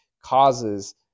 causes